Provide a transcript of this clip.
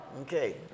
Okay